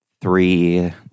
three